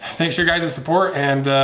thanks for guys's support and